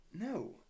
No